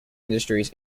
industries